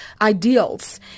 ideals